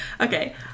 okay